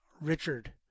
Richard